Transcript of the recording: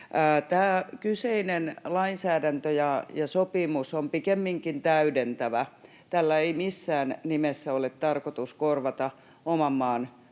Tämä kyseinen lainsäädäntö ja sopimus on pikemminkin täydentävä. Tällä ei missään nimessä ole tarkoitus korvata oman maan